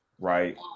right